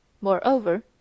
Moreover